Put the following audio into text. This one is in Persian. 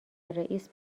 رئیس